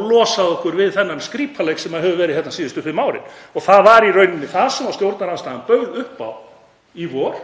og losað okkur við þennan skrípaleik sem hefur verið hérna síðustu fimm árin. Það var í rauninni það sem stjórnarandstaðan bauð upp á í vor,